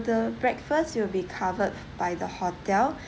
the breakfast will be covered by the hotel